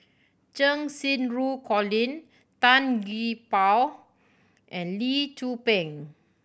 Cheng Xinru Colin Tan Gee Paw and Lee Tzu Pheng